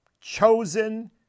chosen